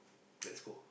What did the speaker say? let's go